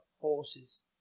horses